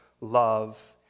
love